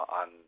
on